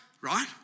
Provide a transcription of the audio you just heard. right